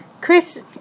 Chris